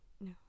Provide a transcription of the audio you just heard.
No